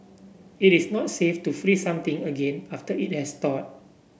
it is not safe to freeze something again after it has thawed